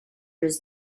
his